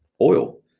oil